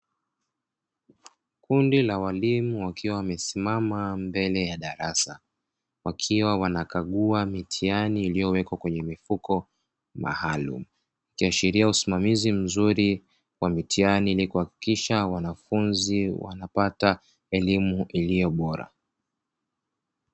Kundi la walimu wakiwa wamesimama mbele ya darasa, wakiwa wanakagua mitihani iliyowekwa kwenye mfuko maalumu, ikiashiria usimamizi mzuri wa mitihani ili kuhakikisha wanafunzi wanapata elimu iliyobora.